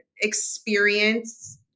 experience